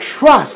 trust